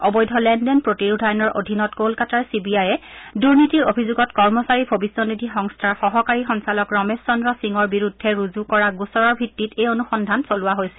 অবৈধ লেনদেন প্ৰতিৰোধ আইনৰ অধীনত ক'লকাতাৰ চি বি আইয়ে দুৰ্নীতিৰ অভিযোগত কৰ্মচাৰী ভৱিষ্যনিধি সংস্থাৰ সহকাৰী সঞ্চালক ৰমেশ চন্দ্ৰ সিঙৰ বিৰুদ্ধে গোচৰ ৰুজু কৰা গোচৰৰ ভিত্তিত এই অনুসন্ধান চলোৱা হৈছিল